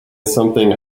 something